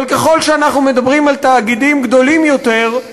אבל ככל שאנחנו מדברים על תאגידים גדולים יותר,